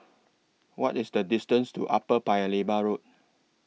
What IS The distance to Upper Paya Lebar Road